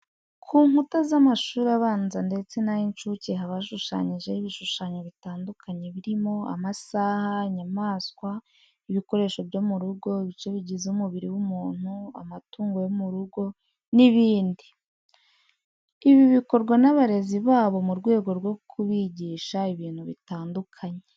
Ku nkuta z'amashuri abanza ndetse n'ay'incuke haba hashushanyijeho ibishushanyo bitandukanye birimo, amasaha, inyamaswa, ibikoresho byo mu rugo, ibice bigize umubiri w'umuntu, amatungo yo mu rugo n'ibindi. Ibi bikorwa n'abarezi babo mu rwego rwo kubigisha ibintu bitandukanye.